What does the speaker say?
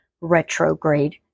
retrograde